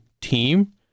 team